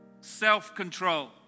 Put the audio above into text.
self-control